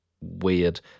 weird